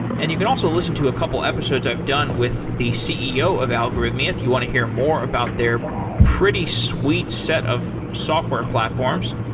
and you can also listen to a couple of episodes i've done with the ceo of algorithmia. if you want to hear more about their pretty sweet set of software platforms,